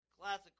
classic